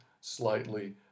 slightly